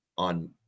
On